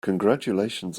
congratulations